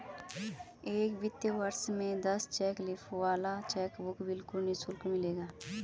एक वित्तीय वर्ष में दस चेक लीफ वाला चेकबुक बिल्कुल निशुल्क मिलेगा